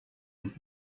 that